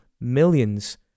millions